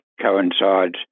coincides